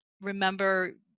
remember